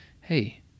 Hey